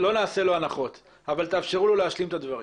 לא נעשה לו הנחות אבל תאפשרו לו להשלים את הדברים.